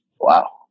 Wow